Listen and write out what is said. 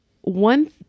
one